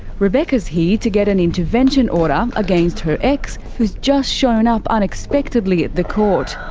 rebecca's here to get an intervention order against her ex, who's just shown up unexpectedly at the court.